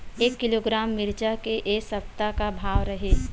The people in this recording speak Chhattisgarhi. एक किलोग्राम मिरचा के ए सप्ता का भाव रहि?